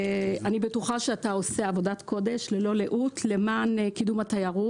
אני בטוחה שאתה עושה עבודת קודש ללא לאות למען קידום התיירות.